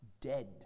dead